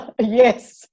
Yes